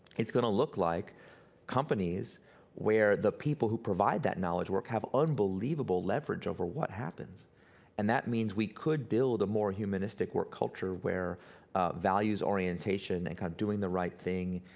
it's gonna look like companies where the people who provide that knowledge work have unbelievable leverage over what happens and that means we could build a more humanistic work culture where values orientation and kind of doing the right thing,